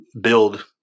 build